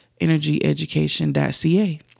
energyeducation.ca